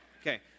okay